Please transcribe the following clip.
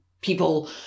people